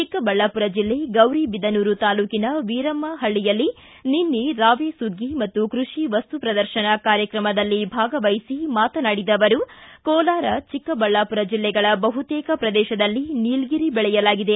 ಚಿಕ್ಕಬಳ್ಳಾಪುರ ಜೆಲ್ಲೆ ಗೌರಿಬಿದನೂರು ತಾಲೂಕಿನ ವೀರಮ್ನಹಳ್ಳಿಯಲ್ಲಿ ನಿನ್ನೆ ರಾವೇ ಸುಗ್ಗಿ ಮತ್ತು ಕೃಷಿ ವಸ್ತು ಪ್ರದರ್ಶನ ಕಾರ್ಯಕ್ರಮದಲ್ಲಿ ಭಾಗವಹಿಸಿ ನಂತರ ಮಾತನಾಡಿದ ಅವರು ಕೋಲಾರ ಚಿಕ್ಕಬಳ್ಳಾಪುರ ಜಿಲ್ಲೆಗಳ ಬಹುತೇಕ ಪ್ರದೇಶದಲ್ಲಿ ನೀಲಗಿರಿ ಬೆಳೆಯಲಾಗಿದೆ